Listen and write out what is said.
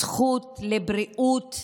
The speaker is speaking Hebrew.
זכות לבריאות,